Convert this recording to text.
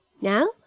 Now